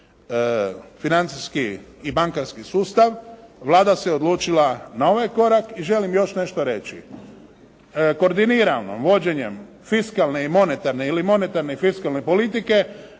financijski i bankarski sustav, Vlada se odlučila na ovaj korak i želim još nešto reći. Koordinirano vođenjem fiskalne i monetarne ili monetarne i fiskalne politike,